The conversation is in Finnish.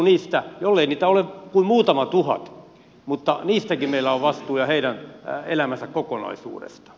vaikkei heitä ole kuin muutama tuhat niin heistäkin meillä on vastuu ja heidän elämänsä kokonaisuudesta